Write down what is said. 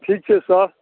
ठीक छै सर